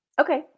okay